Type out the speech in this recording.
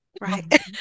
right